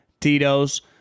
Titos